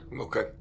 Okay